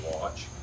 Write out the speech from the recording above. watch